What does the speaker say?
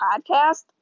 podcast